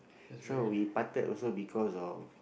so we parted also because of